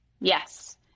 Yes